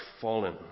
fallen